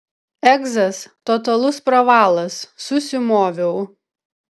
egzas totalus pravalas susimoviau